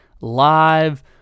live